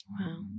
Wow